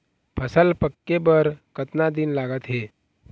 फसल पक्के बर कतना दिन लागत हे?